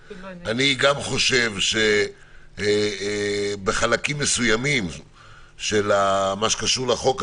גם אני חושב שבחלקים מסוימים של מה שקשור לחוק הזה,